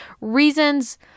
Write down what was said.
reasons